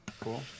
Cool